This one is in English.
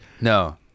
No